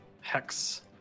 Hex